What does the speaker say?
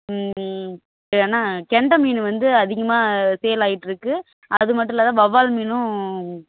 ம் ம் ஏன்னா கெண்டை மீன் வந்து அதிகமாக சேல் ஆகிட்ருக்கு அதுமட்டும் இல்லாம வவ்வால் மீனும்